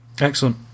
Excellent